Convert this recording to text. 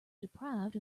deprived